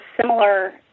similar